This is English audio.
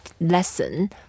lesson